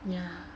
yeah